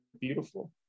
beautiful